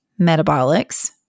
metabolics